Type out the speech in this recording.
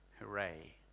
hooray